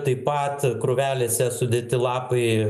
taip pat krūvelėse sudėti lapai